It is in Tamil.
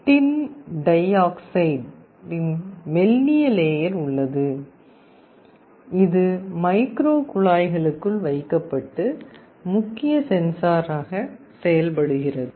டின் டை ஆக்சைட் மெல்லிய லேயர் உள்ளது இது மைக்ரோ குழாய்களுக்குள் வைக்கப்பட்டு முக்கிய சென்சாராக செயல்படுகிறது